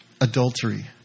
adultery